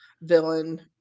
villain